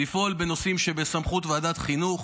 לפעול בנושאים שבסמכות ועדת החינוך.